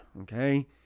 okay